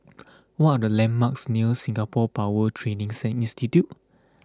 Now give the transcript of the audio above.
what are the landmarks near Singapore Power Training sing Institute